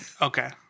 Okay